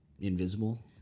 invisible